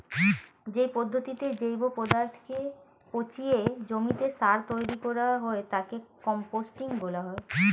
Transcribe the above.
যে পদ্ধতিতে জৈব পদার্থকে পচিয়ে জমিতে সার তৈরি করা হয় তাকে কম্পোস্টিং বলা হয়